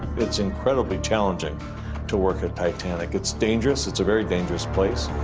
it's incredibly challenging to work at titanic, it's dangerous, it's a very dangerous place.